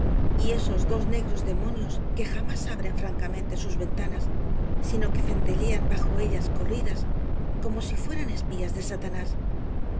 y esos dos negros demonios que jamás abren francamente sus ventanas sino que centellean bajo ellas corridas como si fueran espías de satanás